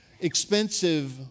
Expensive